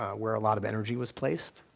where a lot of energy was placed,